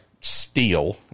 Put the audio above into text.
steel